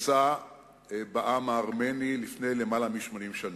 שבוצע בעם הארמני לפני יותר מ-80 שנה.